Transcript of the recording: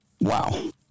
Wow